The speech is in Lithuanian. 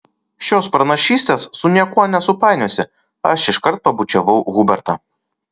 šios pranašystės su niekuo nesupainiosi aš iškart pabučiavau hubertą